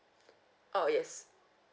oh yes